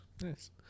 Nice